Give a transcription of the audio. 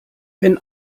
wenn